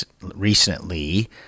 recently